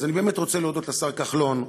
אז אני באמת רוצה להודות לשר כחלון,